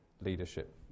leadership